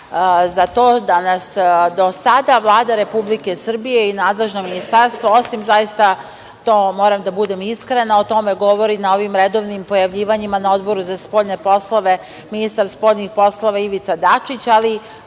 za to da nas do sada Vlada Republike Srbije i nadležno Ministarstvo, osim zaista, to mora da budem iskrena, o tome govori na ovim redovnim pojavljivanjima na Odboru za spoljne poslove ministar spoljnih poslova Ivica Dačić.